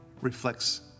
reflects